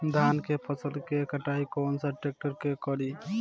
धान के फसल के कटाई कौन सा ट्रैक्टर से करी?